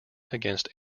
against